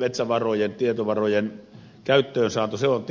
metsätietovarojen käyttöön saanti on tietysti tärkeä